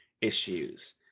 issues